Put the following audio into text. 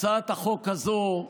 הצעת החוק הזה,